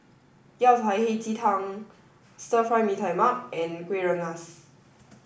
Yao Cai Hei Ji Tang Stir Fry Mee Tai Mak and Kueh Rengas